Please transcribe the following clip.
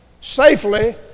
safely